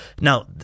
now